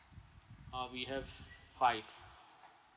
ah we have five